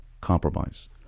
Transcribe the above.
Compromise